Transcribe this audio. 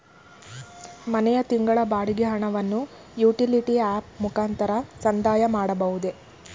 ಮನೆಯ ತಿಂಗಳ ಬಾಡಿಗೆ ಹಣವನ್ನು ಯುಟಿಲಿಟಿ ಆಪ್ ಮುಖಾಂತರ ಸಂದಾಯ ಮಾಡಬಹುದೇ?